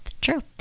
True